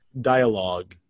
dialogue